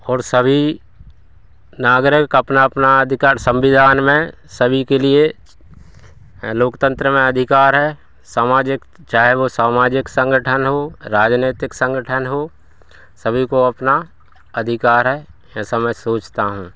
और सभी नागरिक अपना अपना अधिकार संविधान में सभी के लिए लोकतंत्र में अधिकार है सामाजिक चाहे वह सामाजिक संगठन हो राजनैतिक संगठन हो सभी को अपना अधिकार है ऐसा मैं सोचता हूँ